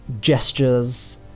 gestures